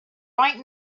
right